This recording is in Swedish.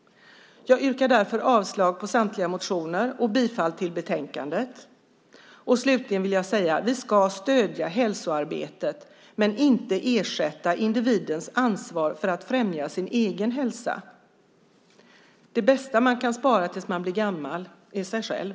Jag yrkar därför avslag på samtliga motioner och bifall till utskottets förslag i betänkandet. Slutligen vill jag säga: Vi ska stödja hälsoarbetet, men inte ersätta individens ansvar för att främja sin egen hälsa. Det bästa man kan spara tills man blir gammal är sig själv.